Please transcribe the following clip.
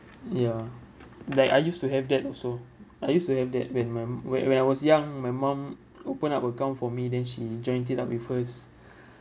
ya like I used to have that also I used to have that when mum when when I was young my mum opened up account for me then she joined it up with us